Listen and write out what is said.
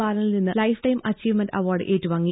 ബാലനിൽ നിന്ന് lifetime achievement award ഏറ്റുവാങ്ങി